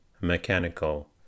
mechanical